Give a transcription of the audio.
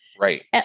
Right